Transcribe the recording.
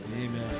Amen